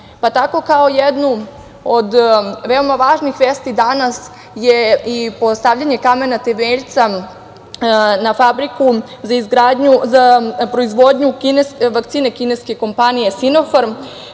Tako kao jednu od veoma važnih vesti danas je i postavljanje kamena temeljca na fabriku za proizvodnju vakcine kineske kompanije „Sinofarm“,